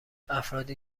افرادی